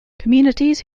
communities